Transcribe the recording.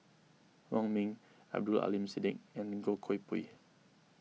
Wong Ming Abdul Aleem Siddique and Goh Koh Pui